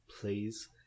Please